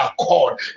accord